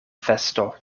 festo